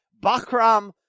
Bakram